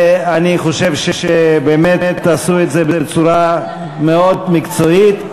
אני חושב שהם עשו את זה בצורה מאוד מקצועית.